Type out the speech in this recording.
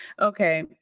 Okay